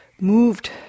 moved